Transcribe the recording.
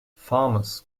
farmers